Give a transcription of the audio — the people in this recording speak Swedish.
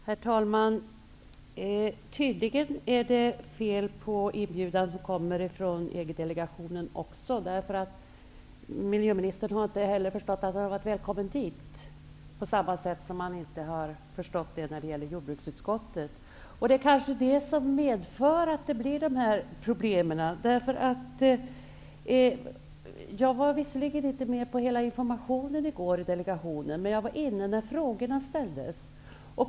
Herr talman! Tydligen är det fel på inbjudan från EG-delegationen också, eftersom miljöministern, på samma sätt som när det gällde jordbruksutskottet, inte har förstått att han var välkommen dit. Det är kanske detta som medför att det blir problem. Jag var visserligen inte med hela tiden på informationen från delegationen i går, men jag var inne när frågorna ställdes.